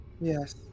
Yes